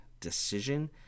Decision